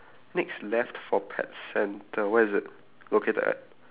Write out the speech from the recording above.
next left for pet centre where is it located at